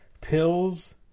pills